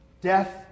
Death